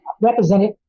represented